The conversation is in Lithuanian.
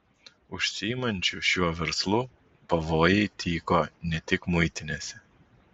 užsiimančių šiuo verslu pavojai tyko ne tik muitinėse